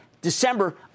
December